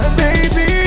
baby